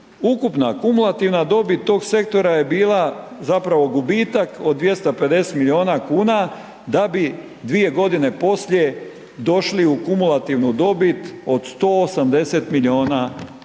ukupna kumulativna dobit tog sektora je bila zapravo gubitak od 250 milijuna kuna, da bi dvije godine poslije došli u kumulativnu dobit od 180 milijuna kuna,